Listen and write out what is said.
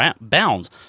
bounds